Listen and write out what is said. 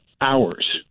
hours